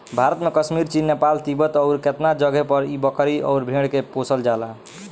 भारत में कश्मीर, चीन, नेपाल, तिब्बत अउरु केतना जगे पर इ बकरी अउर भेड़ के पोसल जाला